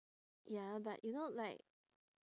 ya but you know like